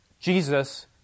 Jesus